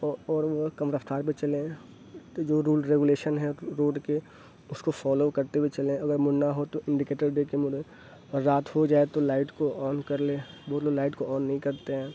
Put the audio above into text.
اور وہ کم رفتار میں چلائیں تو جو رول ریگولیش ہے روڈ کے اس کو فالو کرتے ہوئے چلیں اگر مڑنا ہو تا انڈیکیٹر دے کے مڑے اور رات ہو جائے تو لائٹ کو آن کر لیں بہت لوگ لائٹ کو آن نہیں کرتے ہیں